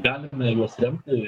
galime juos remti